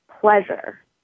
pleasure